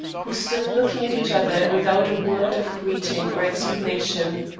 who stood looking at each other without a word of greeting or explanation.